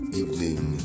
evening